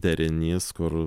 derinys kur